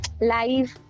live